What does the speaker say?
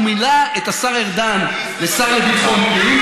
הוא מינה את השר ארדן לשר לביטחון פנים,